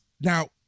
now